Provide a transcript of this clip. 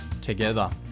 together